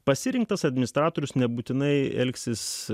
pasirinktas administratorius nebūtinai elgsis